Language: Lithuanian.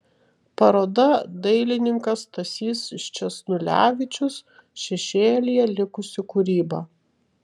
paroda dailininkas stasys sčesnulevičius šešėlyje likusi kūryba